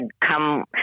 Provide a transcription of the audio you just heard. come